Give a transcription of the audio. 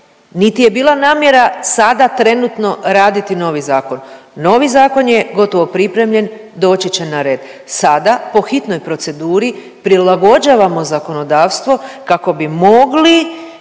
niti je bila namjera sada trenutno raditi novi zakon, novi zakon je gotovo pripremljen doći će na red. Sada po hitnoj proceduri prilagođavamo zakonodavstvo kako bi mogli